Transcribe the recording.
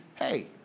hey